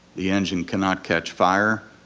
the engine cannot catch fire,